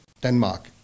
Denmark